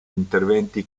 interventi